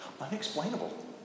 unexplainable